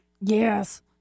Yes